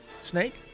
snake